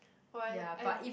!wah! eh I